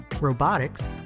robotics